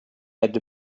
had